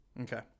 Okay